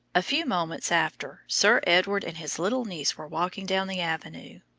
a few moments after, sir edward and his little niece were walking down the avenue,